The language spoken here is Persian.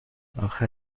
آخر